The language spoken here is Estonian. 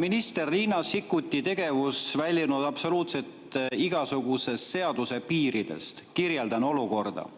minister Riina Sikkuti tegevus väljunud absoluutselt igasugustest seaduse piiridest. Kirjeldan olukorda.